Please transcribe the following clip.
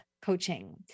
coaching